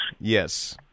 Yes